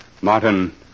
Martin